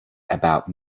about